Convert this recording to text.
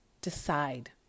Decide